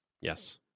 Yes